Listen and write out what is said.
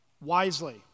wisely